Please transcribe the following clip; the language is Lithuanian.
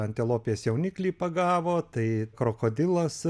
antilopės jauniklį pagavo tai krokodilas